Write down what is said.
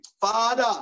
Father